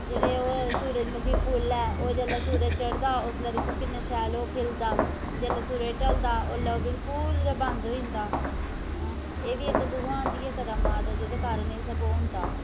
जेह्ड़े ओह् सूरजमुखी फुल्ल ऐ ओह् जेल्लै सूरज चढ़दा उसलै दिक्खो ओह् किन्ना शैल खिलदा जेल्लै सुरज ढलदा ओल्लै ओह् बिल्कुल गै बन्द होई जंदा ऐं एह् बी इक भगवान दी गै करामात ऐ जेह्दे कराण एह् सब्भ होंदा